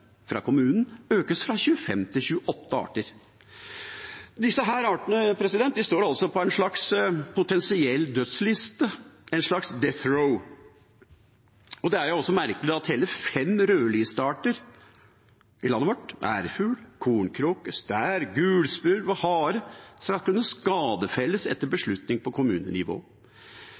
fra kommunen, økes fra 25 til 28 arter. Disse artene står altså på en slags potensiell dødsliste, en slags «death row». Det er også merkelig at hele fem rødlistearter i landet vårt – ærfugl, kornkråke, stær, gulspurv og hare – skal kunne skadefelles etter beslutning på kommunenivå.